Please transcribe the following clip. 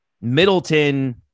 Middleton